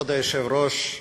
כבוד היושב-ראש,